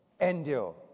endure